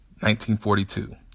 1942